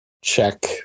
Check